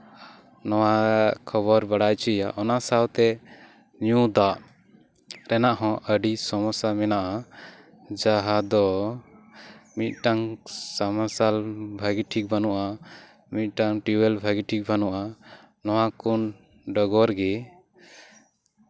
ᱱᱚᱣᱟ ᱠᱷᱚᱵᱚᱨ ᱵᱟᱲᱟᱭ ᱦᱚᱪᱚᱭ ᱦᱩᱭᱩᱜᱼᱟ ᱚᱱᱟ ᱥᱟᱶᱛᱮ ᱧᱩ ᱫᱟᱜ ᱨᱮᱭᱟᱜ ᱦᱚᱸ ᱟᱹᱰᱤ ᱥᱚᱢᱚᱥᱥᱟ ᱢᱮᱱᱟᱜᱼᱟ ᱡᱟᱦᱟᱸ ᱫᱚ ᱢᱤᱫᱴᱟᱝ ᱥᱟᱵᱽᱢᱟᱨᱥᱟᱞ ᱵᱷᱟᱹᱜᱤ ᱴᱷᱤᱠ ᱵᱟᱹᱱᱩᱜᱼᱟ ᱢᱤᱫᱴᱟᱝ ᱴᱤᱭᱩᱵᱽ ᱳᱭᱮᱞ ᱵᱟᱹᱱᱩᱜᱼᱟ ᱱᱚᱣᱟ ᱠᱚ ᱰᱚᱜᱚᱨ ᱜᱮ